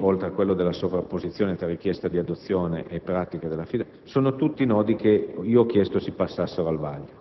oltre alla sovrapposizione tra richiesta di adozione e pratica dell'affidamento sono tutti nodi che ho chiesto si passassero al vaglio.